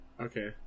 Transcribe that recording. Okay